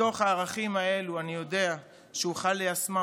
מתוך הערכים האלה אני יודע שאוכל ליישמם